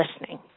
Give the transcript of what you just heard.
listening